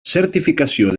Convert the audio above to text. certificació